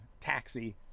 taxi